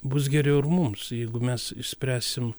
bus geriau ir mums jeigu mes išspręsim